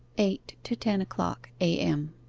eight to ten o'clock a m.